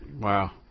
Wow